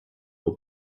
die